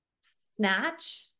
snatch